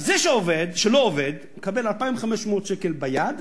אז זה שלא עובד מקבל 2,500 שקל ביד,